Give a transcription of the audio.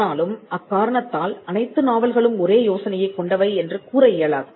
ஆனாலும் அக் காரணத்தால் அனைத்து நாவல்களும் ஒரே யோசனையைக் கொண்டவை என்று கூற இயலாது